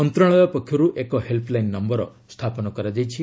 ମନ୍ତ୍ରଣାଳୟ ପକ୍ଷରୁ ଏକ ହେଲ୍ସଲାଇନ୍ ନମ୍ଘର ସ୍ଥାପନ କରାଯାଇଛି